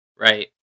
Right